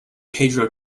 pedro